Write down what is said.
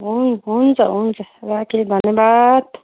हुन् हुन्छ हुन्छ राखेँ धन्यवाद